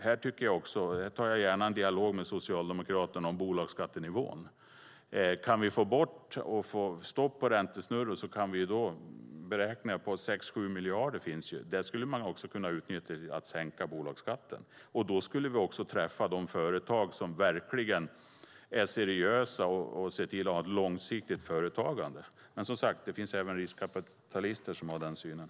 Här har jag gärna en dialog med Socialdemokraterna om bolagsskattenivån. Kan vi få stopp på räntesnurror kan vi enligt beräkningar få in 6-7 miljarder, vilket skulle kunna användas till att sänka bolagsskatten. Då skulle vi träffa de företag som verkligen är seriösa och har ett långsiktigt företagande. Men, som sagt, det finns även riskkapitalister som har den synen.